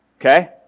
Okay